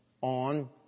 on